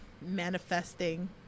manifesting